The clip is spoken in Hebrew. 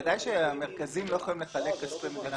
בוודאי שהמרכזים לא יכולים לחלק מכספי מדינת ישראל.